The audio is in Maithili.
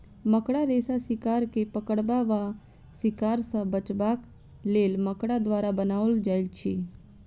मकड़ा रेशा शिकार के पकड़बा वा शिकार सॅ बचबाक लेल मकड़ा द्वारा बनाओल जाइत अछि